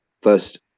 first